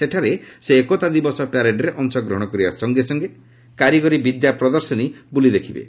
ସେଠାରେ ସେ ଏକତା ଦିବସ ପ୍ୟାରେଡ୍ରେ ଅଂଶଗ୍ରହଣ କରିବା ସଙ୍ଗେ ସଙ୍ଗେ କାରିଗରି ବିଦ୍ୟା ପ୍ରଦର୍ଶନୀ ବୁଲି ଦେଖିବେ